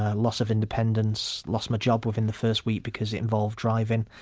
ah loss of independence, lost my job within the first week because it involved driving.